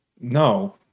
No